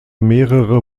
mehrere